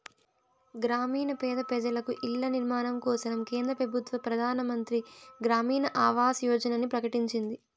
గ్రామీణ పేద పెజలకు ఇల్ల నిర్మాణం కోసరం కేంద్ర పెబుత్వ పెదానమంత్రి గ్రామీణ ఆవాస్ యోజనని ప్రకటించింది